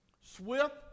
Swift